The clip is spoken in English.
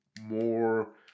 more